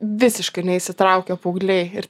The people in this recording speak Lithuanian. visiškai neįsitraukia paaugliai ir